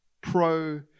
pro